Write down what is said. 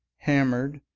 hammered,